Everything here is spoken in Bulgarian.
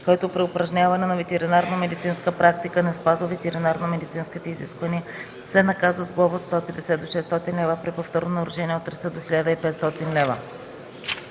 който при упражняване на ветеринарномедицинска практика не спазва ветеринарномедицинските изисквания, се наказва с глоба от 150 до 600 лв., а при повторно нарушение – от 300 до 1500 лв.”